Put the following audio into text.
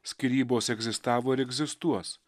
skyrybos egzistavo ir egzistuos